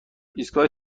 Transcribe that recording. ایستگاه